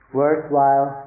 worthwhile